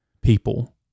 people